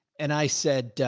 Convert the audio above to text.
and i said, ah,